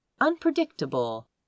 unpredictable